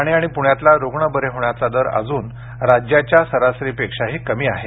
ठाणे आणि प्ण्यातला रुग्ण बरे होण्याचा दर अजून राज्याच्या सरासरीपेक्षाही कमी आहे